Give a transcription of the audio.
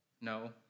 No